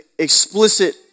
explicit